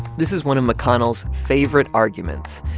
this is one of mcconnell's favorite arguments,